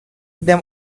them